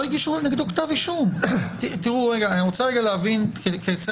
מתאים או לא מתאים לעסוק בהדברה או לעסוק באזבסט או לעסוק בחומרים